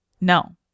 No